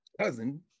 cousin